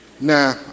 nah